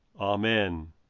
Amen